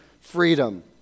freedom